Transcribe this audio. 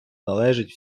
належить